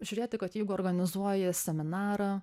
žiūrėti kad jeigu organizuoji seminarą